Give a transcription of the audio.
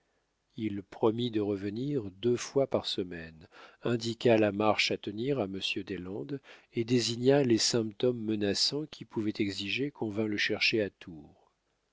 il promit de revenir deux fois par semaine indiqua la marche à tenir à monsieur deslandes et désigna les symptômes menaçants qui pouvaient exiger qu'on vînt le chercher à tours